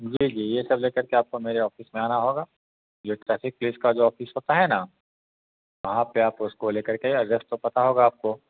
जी जी ये सब लेकर के आपको मेरे ऑफ़िस में आना होगा ये ट्रैफ़िक पुलीस का जो ऑफ़िस होता है ना वहाँ पे आप उसको ले कर के अड्रेस तो पता होगा आपको